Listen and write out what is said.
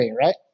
right